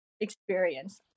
experience